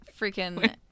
freaking